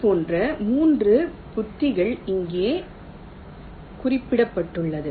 இதுபோன்ற 3 உத்திகள் இங்கே குறிப்பிடப்பட்டுள்ளன